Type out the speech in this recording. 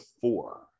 four